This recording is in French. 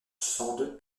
sand